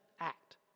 Act